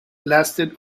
lasted